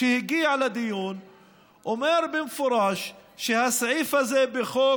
שהגיע לדיון אמר במפורש שהסעיף הזה בחוק